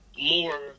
More